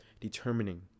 determining